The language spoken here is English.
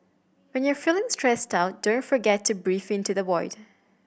when you are feeling stressed out don't forget to breathe into the void